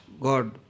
God